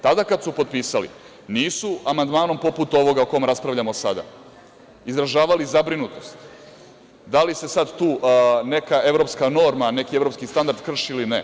Tada kada su potpisali nisu amandmanom poput ovoga o kome raspravljamo sada, izražavali zabrinutost, da li se sad tu neka evropska norma, neki evropski standard krši ili ne.